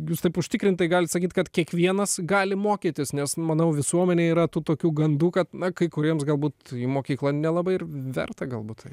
jūs taip užtikrintai galit sakyt kad kiekvienas gali mokytis nes manau visuomenėj yra tų tokių gandų kad na kai kuriems galbūt jų mokykla nelabai ir verta galbūt